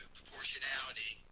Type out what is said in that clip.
proportionality